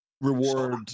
reward